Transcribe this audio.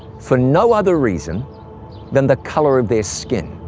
for no other reason than the color of their skin.